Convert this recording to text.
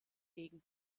gegen